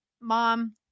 Mom